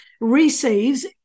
receives